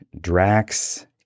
Drax